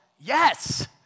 Yes